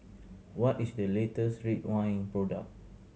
what is the latest Ridwind product